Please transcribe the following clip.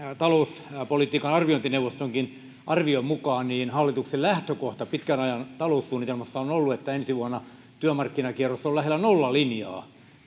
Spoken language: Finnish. talouspolitiikan arviointineuvostonkin arvion mukaan hallituksen lähtökohta pitkän ajan taloussuunnitelmassa on ollut että ensi vuonna työmarkkinakierros on lähellä nollalinjaa